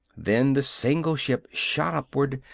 then the single ship shot upward,